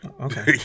Okay